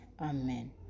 amen